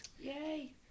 Yay